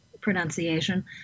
pronunciation